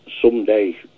someday